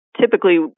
Typically